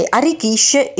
arricchisce